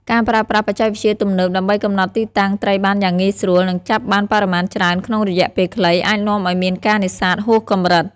ការប្រើប្រាស់បច្ចេកវិទ្យាទំនើបដើម្បីកំណត់ទីតាំងត្រីបានយ៉ាងងាយស្រួល និងចាប់បានបរិមាណច្រើនក្នុងរយៈពេលខ្លី អាចនាំឲ្យមានការនេសាទហួសកម្រិត។